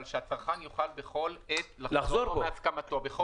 אבל שהצרכן יוכל בכל עת לחזור בו מהסכמתו.